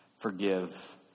Forgive